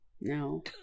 No